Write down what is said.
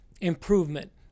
improvement